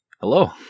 Hello